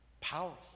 powerful